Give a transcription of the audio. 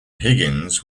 higgins